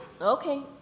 Okay